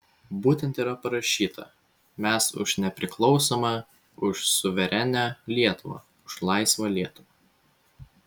būtent yra parašyta mes už nepriklausomą už suverenią lietuvą už laisvą lietuvą